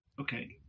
Okay